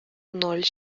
ноль